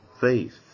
faith